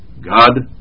God